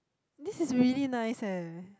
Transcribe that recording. this is really nice eh